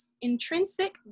intrinsic